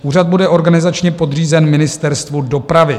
Úřad bude organizačně podřízen Ministerstvu dopravy.